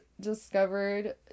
discovered